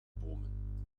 bomen